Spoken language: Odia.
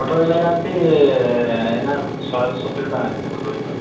ପୋଟଳ କିଲୋ ଆଜ୍ଞା ଅଛି ଏଇନା ଶହେ ସତୁରୀ ଟଙ୍କା ଅଛି ଏଇନା ପୋଟଳ କିଲୋ